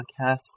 podcasts